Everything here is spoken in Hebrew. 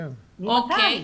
ממתי?